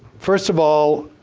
first of all,